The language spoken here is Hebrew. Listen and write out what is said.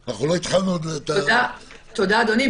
אדוני.